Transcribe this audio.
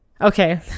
Okay